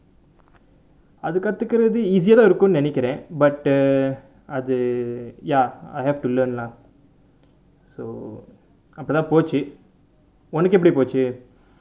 அது கத்துக்குறது:athu katthukurathu easy ah தான் இருக்கும் நினைக்குறேன்:thaan irukkum ninaikkuraen but அது:athu ya I have to learn lah so அப்டிதா போச்சு உனக்கு எப்படி போச்சு:apditha pochu unakku eppadi pochu